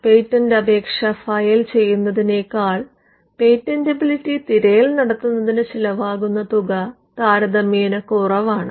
patent അപേക്ഷ file ചെയ്യുന്നതിനേക്കാൾ patentability തിരയൽ നടത്തുന്നതിന് ചിലവാകുന്ന തുക താരതമ്യേന്നേ കുറവാണ്